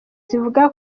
zivuga